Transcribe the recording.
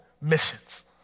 missions